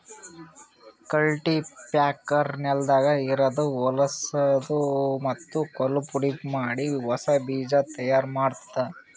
cultipacker ನೆಲದಾಗ ಇರದ್ ಹೊಲಸೂ ಮತ್ತ್ ಕಲ್ಲು ಪುಡಿಮಾಡಿ ಹೊಸಾ ಬೀಜ ತೈಯಾರ್ ಮಾಡ್ತುದ